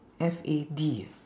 F A D ah